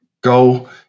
Go